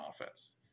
offense